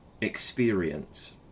experience